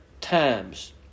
times